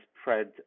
spread